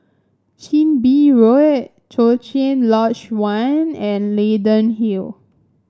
Chin Bee Road Cochrane Lodge One and Leyden Hill